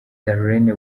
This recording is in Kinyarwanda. darlene